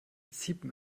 ziepen